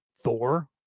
Thor